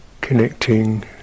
connecting